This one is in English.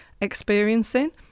experiencing